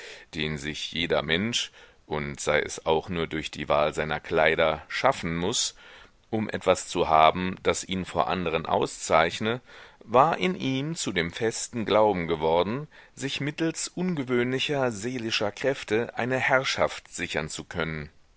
den sich jeder mensch und sei es auch nur durch die wahl seiner kleider schaffen muß um etwas zu haben das ihn vor anderen auszeichne war in ihm zu dem festen glauben geworden sich mittels ungewöhnlicher seelischer kräfte eine herrschaft sichern zu können